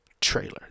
trailer